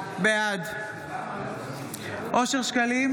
בעד אושר שקלים,